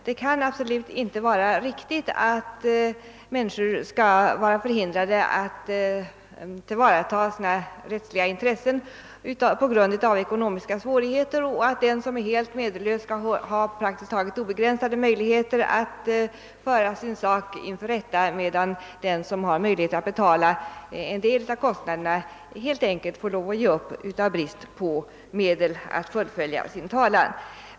Det kan absolut inte vara riktigt att människor skall vara förhindrade att tillvarata sina rättsliga intressen på grund av ekonomiska svårigheter och att den som är helt medellös skall ha praktiskt taget obegränsade möjligheter att föra sin sak inför rätta, medan den som har möjlighet att betala en del av kostnaderna helt enkelt får ge upp på grund av brist på medel att fullfölja sin talan.